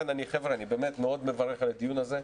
אני באמת מאוד מברך על הדיון הזה.